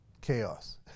chaos